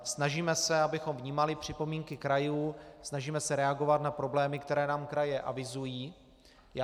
Snažíme se, abychom vnímali připomínky krajů, snažíme se reagovat na problémy, které nám kraje avizují.